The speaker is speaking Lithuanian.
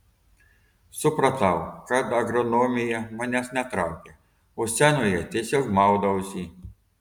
supratau kad agronomija manęs netraukia o scenoje tiesiog maudausi